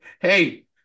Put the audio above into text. Hey